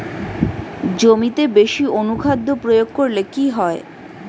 জমিতে বেশি অনুখাদ্য প্রয়োগ করলে কি হয়?